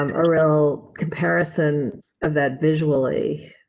um a real comparison of that visually.